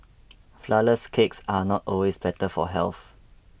Flourless Cakes are not always better for health